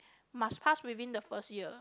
must pass within the first year